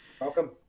Welcome